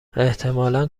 احتمالا